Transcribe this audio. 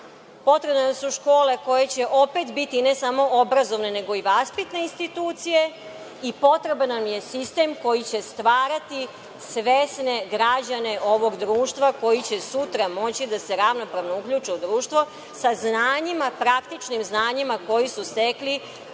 Potrebne su škole koje će opet biti ne samo obrazovne, nego i vaspitne institucije i potreban nam je sistem koji će stvarati svesne građane ovog društva koji će sutra moći da se ravnopravno uključe u društvo sa praktičnim znanjima koja su stekli